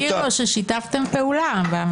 תזכיר לו ששיתפתם פעולה.